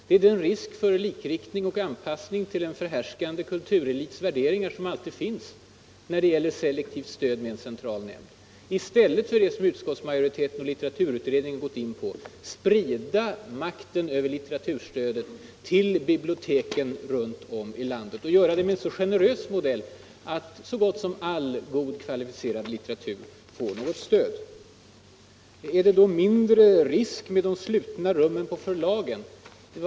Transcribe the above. Det är den risk för likriktning och anpassning till en förhärskande kulturelits värderingar som alltid finns när det gäller selektivt stöd med en central nämnd. I stället har utskottsmajoriteten och litteraturutredningen gått in för att sprida makten över litteraturstödet till biblioteken runt om i landet och göra det med en så generös modell att så gott som all god och kvalificerad litteratur kommer med i stödköpsordningen. Är det mindre risk med de slutna rummen på förlagen? frågar herr Alsén.